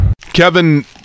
Kevin